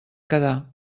quedar